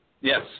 Yes